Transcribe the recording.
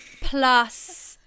Plus